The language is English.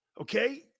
Okay